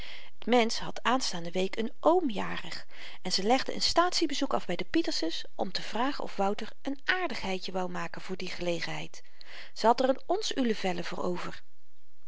mensch had aanstaande week n oom jarig en ze legde een staatsie bezoek af by de pietersen's om te vragen of wouter een aardigheidje wou maken voor die gelegenheid ze had er n ons